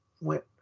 went